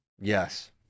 Yes